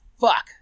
Fuck